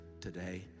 today